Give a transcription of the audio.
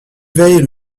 veille